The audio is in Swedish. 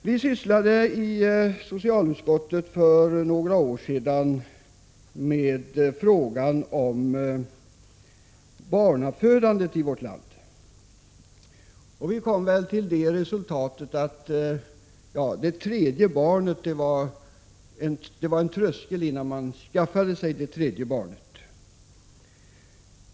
Vi sysslade i socialutskottet för några år sedan med frågan om barnafödandet i vårt land. Vi kom till det resultatet att det fanns en tröskel innan människor skaffade sig det tredje barnet.